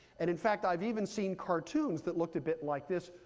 and in fact, i've even seen cartoons that looked a bit like this,